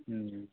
ಹ್ಞೂ